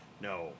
No